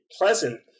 pleasant